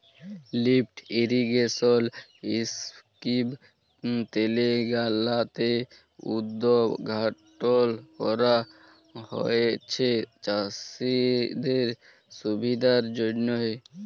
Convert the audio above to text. lift irrigation scheme তেলেঙ্গালাতে উদঘাটল ক্যরা হঁয়েছে চাষীদের সুবিধার জ্যনহে